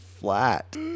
flat